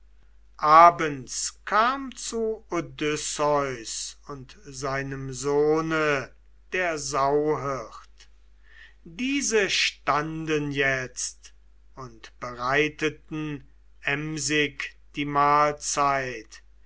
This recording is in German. abends kam zu odysseus und seinem sohne der sauhirt diese standen jetzt und bereiteten emsig die mahlzeit